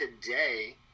today